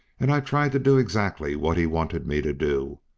and i tried to do exactly what he wanted me to do.